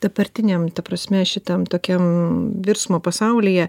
dabartiniam ta prasme šitam tokiam virsmo pasaulyje